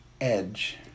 Edge